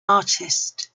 artist